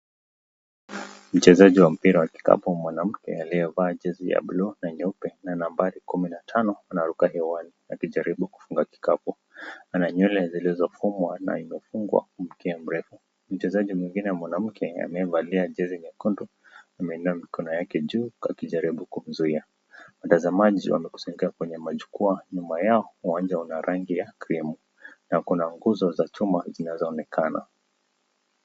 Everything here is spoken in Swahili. Mchezaji wa mpira wa kikapu mwanamke aliyevaa jezi ya bluu na nyeupe na nambari kumi na tano anaruka hewani akijaribu kufunga kikapu. Ana nywele zilizofumwa na imefungwa kwa mkia mrefu .Mchezaji mwingine mwanamke amevalia jezi nyekundu ameinua mikono wake juu akijaribu kumzuia. Watazamaji wamekusanyika kwenye majukwaa nyuma yao na uwanja ni wa rangi cream na kuna nguzo za chuma zinazoonekana.